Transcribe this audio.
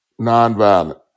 nonviolent